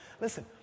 Listen